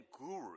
guru